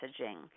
messaging